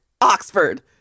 oxford